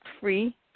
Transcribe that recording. free